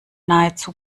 nahezu